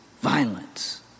violence